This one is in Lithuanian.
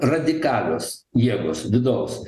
radikalios jėgos vidaus